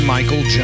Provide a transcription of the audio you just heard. Michael